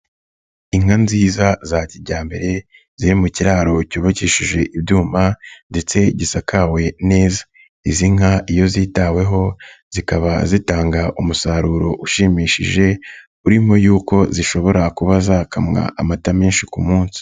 Inka nziza za kijyambere, ziri mu kiraro cyubakishije ibyuma ndetse gisakawe neza, izi nka iyo zitaweho, zikaba zitanga umusaruro ushimishije, urimo y'uko zishobora kuba zakamwa amata menshi ku munsi.